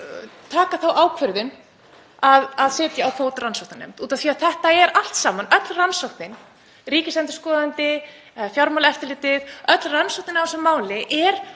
taka þá ákvörðun að setja á fót rannsóknarnefnd. Þetta er allt saman; öll rannsóknin, ríkisendurskoðandi, Fjármálaeftirlitið, öll rannsóknin á þessu máli,